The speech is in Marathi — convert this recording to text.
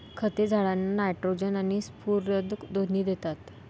खते झाडांना नायट्रोजन आणि स्फुरद दोन्ही देतात